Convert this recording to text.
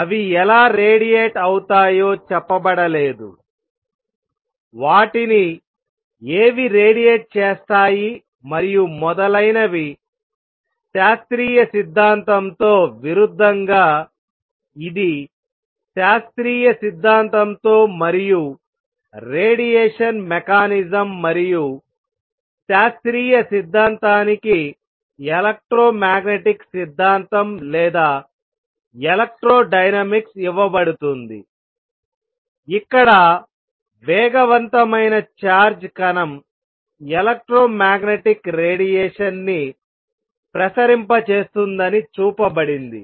అవి ఎలా రేడియేట్ అవుతాయో చెప్పబడలేదు వాటిని ఏవి రేడియేట్ చేస్తాయి మరియు మొదలైనవిశాస్త్రీయ సిద్ధాంతంతో విరుద్ధంగా ఇది శాస్త్రీయ సిద్ధాంతంతో మరియు రేడియేషన్ మెకానిజం మరియు శాస్త్రీయ సిద్ధాంతానికి ఎలక్ట్రోమాగ్నెటిక్ సిద్ధాంతం లేదా ఎలెక్ట్రోడైనమిక్స్ ఇవ్వబడుతుంది ఇక్కడ వేగవంతమైన చార్జ్డ్ కణం ఎలక్ట్రోమాగ్నెటిక్ రేడియేషన్ ని ప్రసరింపచేస్తుందని చూపబడింది